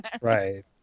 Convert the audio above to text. Right